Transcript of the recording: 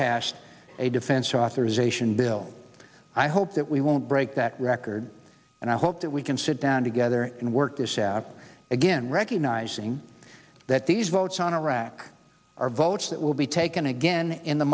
d a defense authorization bill i hope that we won't break that record and i hope that we can sit down together and work this out again recognizing that these votes on iraq are votes that will be taken again in the